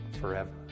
forever